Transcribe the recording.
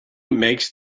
makes